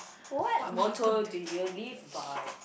what motto do you live by